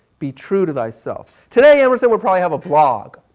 be true to thyself. today emerson would probably have a blog.